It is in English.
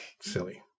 silly